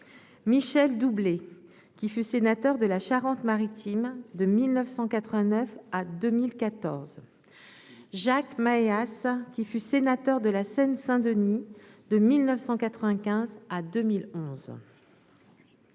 Michel doublé qui fut sénateur de la Charente-Maritime de 1989 à 2014 Jacques Mahéas, qui fut sénateur de la Seine-Saint-Denis de 1995 à 2011.